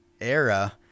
era